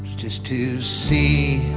just to see